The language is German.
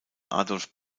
adolph